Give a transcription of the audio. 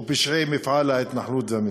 או פשעי מפעל ההתנחלות והמתנחלים.